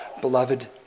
Beloved